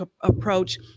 approach